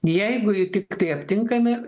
jeigu jie tiktai aptinkami